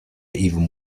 even